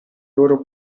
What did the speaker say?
loro